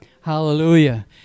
Hallelujah